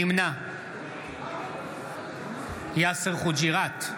נמנע יאסר חוג'יראת,